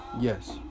yes